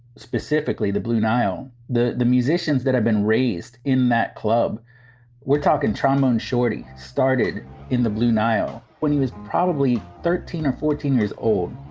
specifically the blue nile, the the musicians that have been raised in that club we're talking trombone shorty started in the blue nile when he was probably thirteen or fourteen years old,